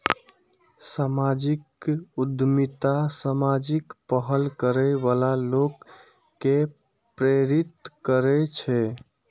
सामाजिक उद्यमिता सामाजिक पहल करै बला लोक कें प्रेरित करै छै